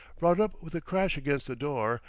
brought up with a crash against the door,